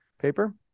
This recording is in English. paper